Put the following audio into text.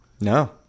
No